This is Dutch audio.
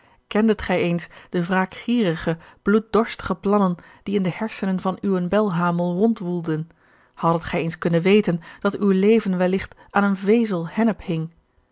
kendet gij eens de wraakgierige bloeddorstige plannen die in de hersenen van uwen belhamel rondwoelden haddet gij eens kunnen weten dat uw leven welligt aan eene vezel hennep